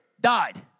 died